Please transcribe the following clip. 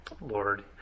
Lord